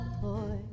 boy